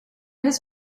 his